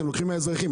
אתם לוקחים מהאזרחים,